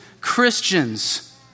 Christians